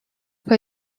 for